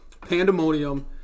pandemonium